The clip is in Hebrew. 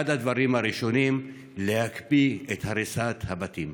אחד הדברים הראשונים הוא להקפיא את הריסת הבתים.